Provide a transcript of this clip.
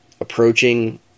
approaching